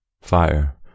Fire